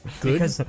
Good